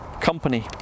company